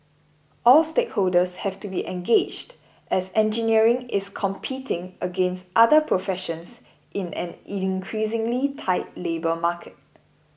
all stakeholders have to be engaged as engineering is competing against other professions in an increasingly tight labour market